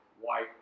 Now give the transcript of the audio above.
white